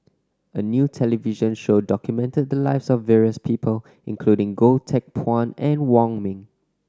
a new television show documented the lives of various people including Goh Teck Phuan and Wong Ming